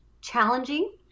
challenging